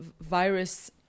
virus